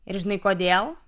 ir žinai kodėl